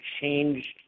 changed